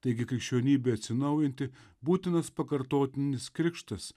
taigi krikščionybei atsinaujinti būtinas pakartotinis krikštas